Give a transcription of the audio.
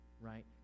right